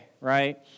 right